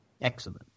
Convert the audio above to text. Excellent